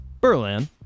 Berlin